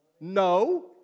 No